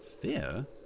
Fear